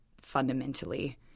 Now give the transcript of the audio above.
fundamentally